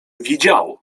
wiedziało